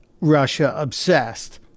Russia-obsessed